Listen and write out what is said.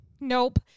Nope